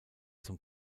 zum